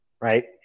right